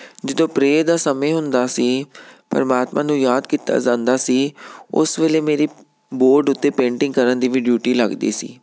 ਜਦੋਂ ਪ੍ਰੇਅਰ ਦਾ ਸਮੇਂ ਹੁੰਦਾ ਸੀ ਪਰਮਾਤਮਾ ਨੂੰ ਯਾਦ ਕੀਤਾ ਜਾਂਦਾ ਸੀ ਉਸ ਵੇਲੇ ਮੇਰੀ ਬੋਰਡ ਉੱਤੇ ਪੇਂਟਿੰਗ ਕਰਨ ਦੀ ਵੀ ਡਿਊਟੀ ਲੱਗਦੀ ਸੀ